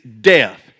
death